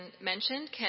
mentioned